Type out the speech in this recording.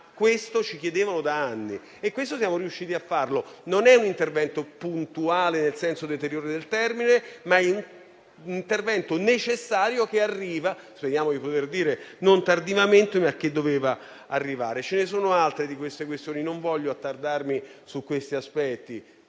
però, ci chiedevano da anni e questo siamo riusciti a fare. Non è un intervento puntuale nel senso deteriore del termine, ma è intervento necessario, che arriva, e speriamo di poter dire non tardivamente, ma che doveva arrivare. Ce ne sono altre di tali questioni, ma non voglio attardarmi su questi aspetti.